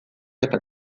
eta